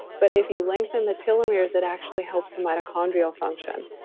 but if you lengthen the telomeres, it actually helps the mitochondrial function.